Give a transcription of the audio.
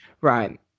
right